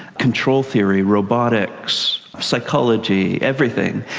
control theory, robotics, psychology, everything.